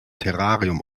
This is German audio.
terrarium